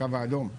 הקו האדום,